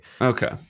Okay